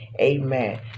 Amen